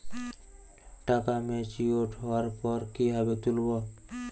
টাকা ম্যাচিওর্ড হওয়ার পর কিভাবে তুলব?